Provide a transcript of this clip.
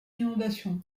inondations